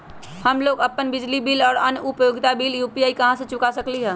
हम लोग अपन बिजली बिल और अन्य उपयोगिता बिल यू.पी.आई से चुका सकिली ह